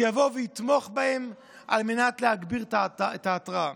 שיבוא ויתמוך בהם על מנת להגביר את ההרתעה.